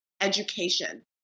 education